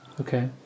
Okay